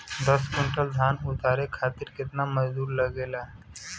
दस क्विंटल धान उतारे खातिर कितना मजदूरी लगे ला?